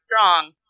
strong